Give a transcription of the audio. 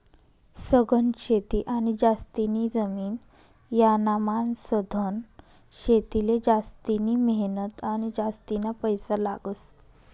सघन शेती आणि जास्तीनी जमीन यानामान सधन शेतीले जास्तिनी मेहनत आणि जास्तीना पैसा लागस